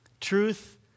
Truth